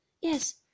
yes